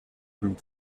group